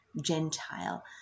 Gentile